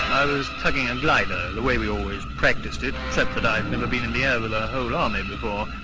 was tugging a glider the way we always practiced it, except that i'd never been in the air with a whole army before.